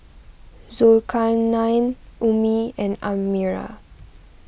Zulkarnain Ummi and Amirah